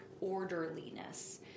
orderliness